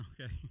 okay